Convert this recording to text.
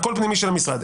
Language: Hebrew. הכול פנימי של המשרד.